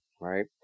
right